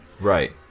right